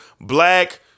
Black